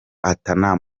ata